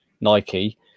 Nike